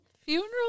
funeral